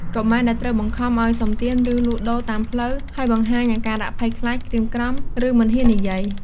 កុមារដែលត្រូវបង្ខំឲ្យសុំទាន ឬលក់ដូរតាមផ្លូវ ហើយបង្ហាញអាការៈភ័យខ្លាច ក្រៀមក្រំ ឬមិនហ៊ាននិយាយ។